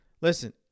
Listen